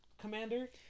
commander